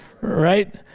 right